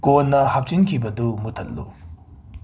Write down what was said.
ꯀꯣꯟꯅ ꯍꯥꯞꯆꯤꯟꯈꯤꯕꯗꯨ ꯃꯨꯊꯠꯂꯨ